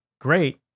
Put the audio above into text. great